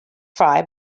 fry